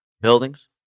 Buildings